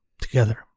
together